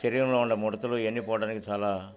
శరీరంలో ఉన్న ముడతలు ఎన్నిపోవటడానికి చాలా